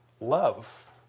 love